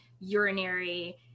urinary